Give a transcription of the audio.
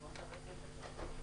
בבקשה.